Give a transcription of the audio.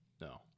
No